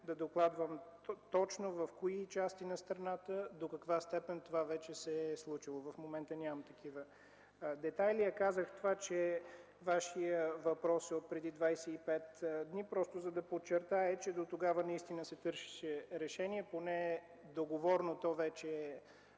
да докладвам точно в кои части на страната до каква степен това вече се е случило. В момента нямам такива детайли. Казах, че Вашият въпрос е отпреди 25 дни, за да подчертая, че дотогава наистина се търсеше решение. Поне договорно, то вече е